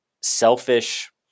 selfish